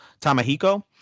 tamahiko